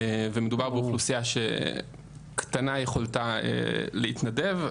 ומדובר באוכלוסייה שקטנה יכולתה להתנדב.